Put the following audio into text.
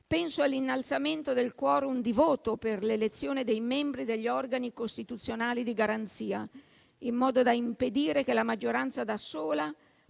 Penso all'innalzamento del *quorum* di voto per l'elezione dei membri degli organi costituzionali di garanzia, in modo da impedire che la maggioranza da sola